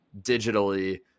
digitally